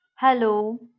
Hello